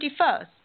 21st